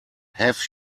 have